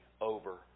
over